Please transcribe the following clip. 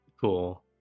Cool